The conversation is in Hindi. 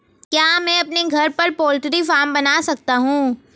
क्या मैं अपने घर पर पोल्ट्री फार्म बना सकता हूँ?